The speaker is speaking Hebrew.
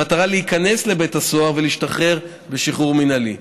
במטרה להיכנס לבית הסוהר ולהשתחרר בשחרור מינהלי.